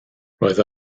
roedd